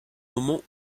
moment